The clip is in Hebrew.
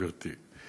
גברתי.